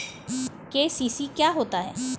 KCC क्या होता है?